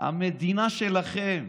המדינה שלכם.